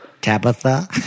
Tabitha